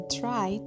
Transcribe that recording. try